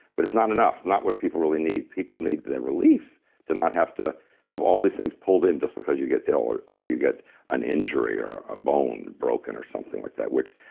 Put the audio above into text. but it's not enough. it's not what people really need. people need that relief to not have to have all these things pulled in just because you get ill, or or you get an injury, or a bone broken, or something like that. which,